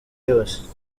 yose